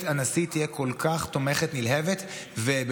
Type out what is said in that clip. הנשיא תהיה כל כך תומכת נלהבת של ישראל,